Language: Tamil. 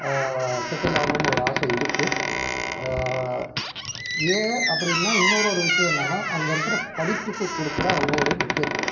செட்டில் ஆகணுன்னு ஒரு ஆசை இருக்குது ஏன் அப்படின்னா இன்னொரு ஒரு விஷயம் என்னான்னா அங்கே இருக்கிற படிப்புக்கு கொடுக்குற அவங்க ஒரு முக்கியத்துவம்